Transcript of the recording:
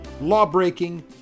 law-breaking